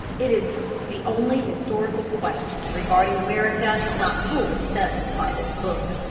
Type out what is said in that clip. it is the only historical question regarding america not fully settled by this book.